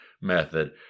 method